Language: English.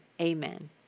Amen